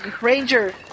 Ranger